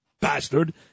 bastard